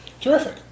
Terrific